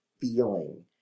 feeling